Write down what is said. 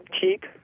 cheap